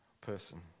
person